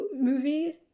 movie